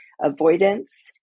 avoidance